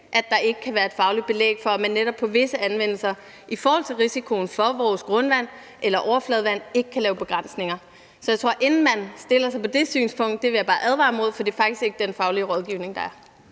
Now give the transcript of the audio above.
at der ikke kan være et fagligt belæg for, at man netop på visse anvendelser i forhold til risikoen for vores grundvand eller overfladevand ikke kan lave begrænsninger. Så inden man indtager det synspunkt, tror jeg bare, jeg vil advare imod det, for det er faktisk ikke den faglige rådgivning, der er.